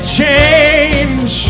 change